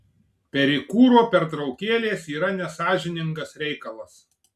perikūro pertraukėlės yra nesąžiningas reikalas